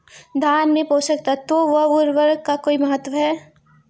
धान में पोषक तत्वों व उर्वरक का कोई महत्व है?